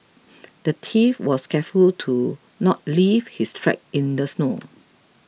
the thief was careful to not leave his track in the snow